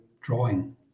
drawing